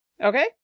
Okay